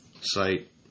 site